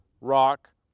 rock